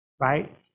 right